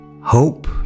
hope